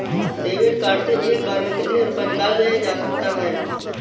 David card से एक बार में कितनी रूपए निकाले जा सकता है?